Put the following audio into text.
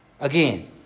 Again